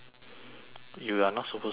you are not supposed to leave it open